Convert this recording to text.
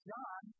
John